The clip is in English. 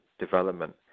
development